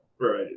Right